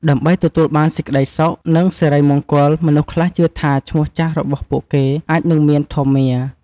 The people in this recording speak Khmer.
ដើម្បីទទួលបានសេចក្តីសុខ និងសិរីមង្គល មនុស្សខ្លះជឿថាឈ្មោះចាស់របស់ពួកគេ អាចនឹងមាន "ធម្យមារ" ។